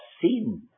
sin